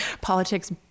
politics